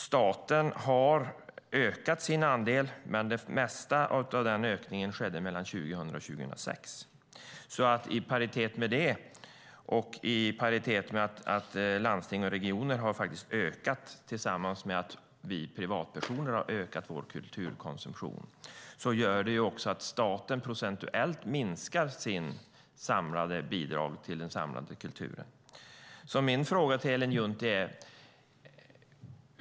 Staten har ökat sin andel, men det mesta av den ökningen skedde mellan 2000 och 2006. I paritet med det och i paritet med att landsting och regioner tillsammans har ökat sin andel, tillsammans med att vi privatpersoner har ökat vår kulturkonsumtion, innebär det att staten procentuellt minskat sitt bidrag till den samlade kulturen.